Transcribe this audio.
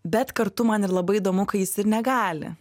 bet kartu man ir labai įdomu ką jis ir negali